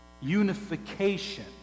unification